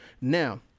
Now